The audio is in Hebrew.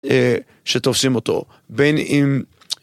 שתופסים אותו בין אם